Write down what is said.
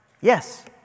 Yes